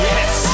Yes